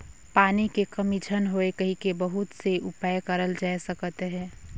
पानी के कमी झन होए कहिके बहुत से उपाय करल जाए सकत अहे